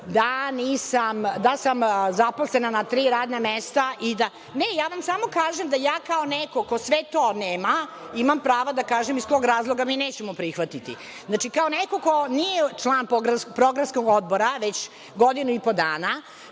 Da sam zaposlena na tri radna mesta i da …Ne, ja vam samo kažem da ja, kao neko ko sve to nema, imam prava da kažem iz kog razloga mi nećemo prihvatiti. Znači, kao neko ko nije član Programskog odbora, već godinu i po dana,